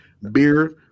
Beer